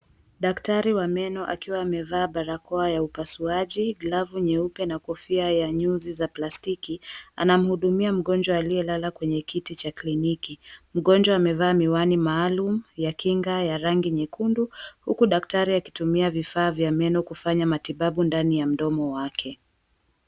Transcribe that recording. Daktari wa meno, akiwa amevaa barakoa ya upasuaji, glavu nyeupe, na kofia ya nyuzi za plastiki, anamhudumia mgonjwa aliyelala kwenye kiti cha kliniki. Mgonjwa amevaa miwani maalum ya kinga ya rangi nyekundu, huku daktari akitumia vifaa vya meno kufanya matibabu ndani ya mdomo wake.